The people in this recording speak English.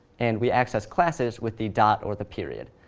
and we access classes with the dot, or the period.